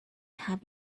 have